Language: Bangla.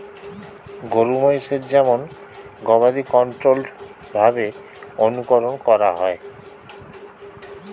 গরু মহিষের যেমন গবাদি কন্ট্রোল্ড ভাবে অনুকরন করা হয়